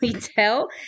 tell